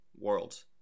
world